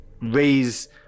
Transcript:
raise